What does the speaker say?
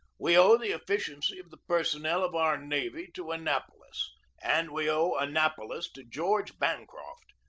we owe the efficiency of the personnel of our navy to annapolis and we owe annapolis to george bancroft,